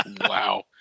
Wow